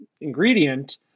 ingredient